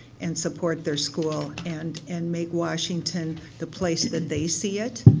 and support their school, and and make washington the place that they see it.